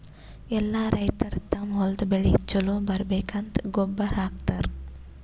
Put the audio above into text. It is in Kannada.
ಎಲ್ಲಾ ರೈತರ್ ತಮ್ಮ್ ಹೊಲದ್ ಬೆಳಿ ಛಲೋ ಬರ್ಬೇಕಂತ್ ಗೊಬ್ಬರ್ ಹಾಕತರ್